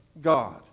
God